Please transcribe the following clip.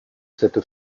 cette